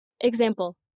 Example